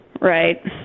Right